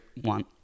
one